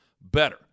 better